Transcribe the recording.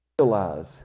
Realize